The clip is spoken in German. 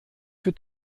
für